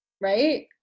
right